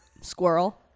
Squirrel